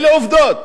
אלה עובדות.